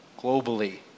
globally